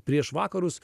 prieš vakarus